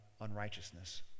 unrighteousness